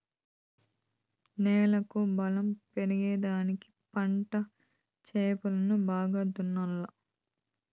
నేలకు బలం పెరిగేదానికి పంట చేలను బాగా దున్నాలా